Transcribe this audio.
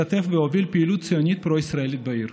השתתף והוביל פעילות ציונית פרו-ישראלית בעיר.